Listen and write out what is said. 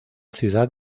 ciudad